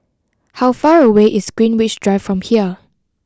how far away is Greenwich Drive from here